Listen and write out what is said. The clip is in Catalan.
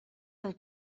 del